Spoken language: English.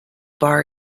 bar